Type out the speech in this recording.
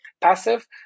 passive